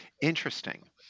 Interesting